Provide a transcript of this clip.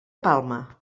palma